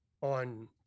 on